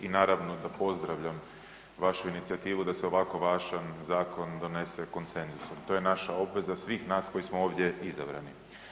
I naravno da pozdravljam vašu inicijativu da se ovakvom važnom zakonu donese konsenzusom, to je naša obveza svih nas koji smo ovdje izabrani.